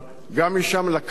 גם משם לקחת,